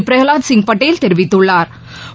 பிரகவாத் சிங் படேல் தெரிவித்துள்ளாா்